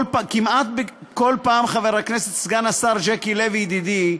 כל פעם, סגן השר ז'קי לוי ידידי,